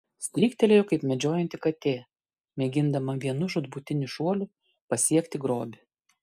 stryktelėjo kaip medžiojanti katė mėgindama vienu žūtbūtiniu šuoliu pasiekti grobį